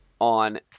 on